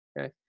Okay